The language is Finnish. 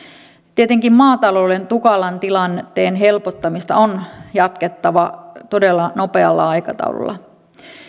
tietenkin maatalouden tukalan tilanteen helpottamista on jatkettava todella nopealla aikataululla